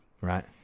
right